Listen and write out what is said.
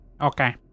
okay